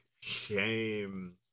shame